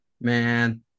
Man –